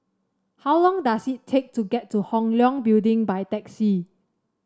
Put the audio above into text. how long does it take to get to Hong Leong Building by taxi